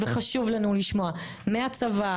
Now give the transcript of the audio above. וחשוב לנו לשמוע מהצבא,